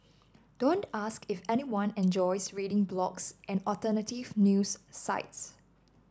don't ask if anyone enjoys reading blogs and alternative news sites